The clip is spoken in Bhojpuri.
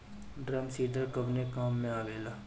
ड्रम सीडर कवने काम में आवेला?